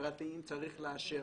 חברתיים צריך לאשר,